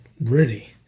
ready